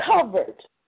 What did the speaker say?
covered